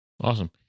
awesome